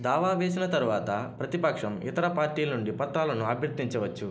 దావా వేసిన తర్వాత ప్రతిపక్షం ఇతర పార్టీల నుండి పత్రాలను అభ్యర్థించవచ్చు